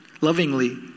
lovingly